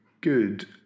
good